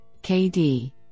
KD